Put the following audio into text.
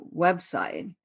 website